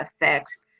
effects